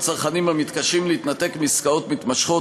צרכנים המתקשים להתנתק מעסקאות מתמשכות,